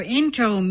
intro